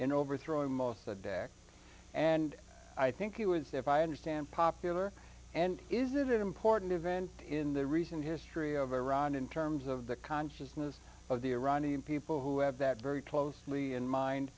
in overthrowing most of the day and i think you would say if i understand popular and is that important event in the recent history of iran in terms of the consciousness of the iranian people who have that very closely in mind